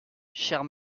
chère